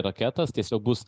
į raketas tiesiog bus